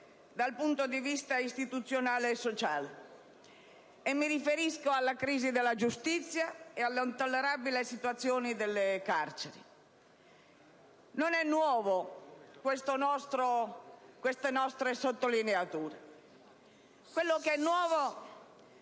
dal punto di vista istituzionale e sociale. Mi riferisco alla crisi della giustizia e all'intollerabile situazione delle carceri. Non sono nuove queste nostre sottolineature. Quello che è nuovo